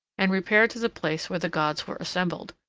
and repaired to the place where the gods were assembled.